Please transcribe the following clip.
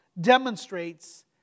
demonstrates